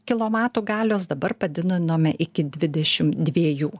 kilovatų galios dabar padidinome iki dvidešim dviejų